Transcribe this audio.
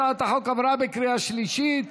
הצעת החוק עברה בקריאה שלישית,